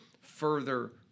further